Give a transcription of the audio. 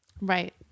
Right